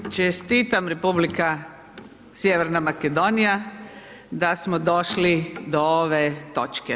Čestitam Republika Sjeverna Makedonija da smo došli do ove točke.